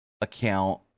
account